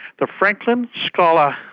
the franklin scholar,